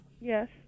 Yes